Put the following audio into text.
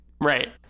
Right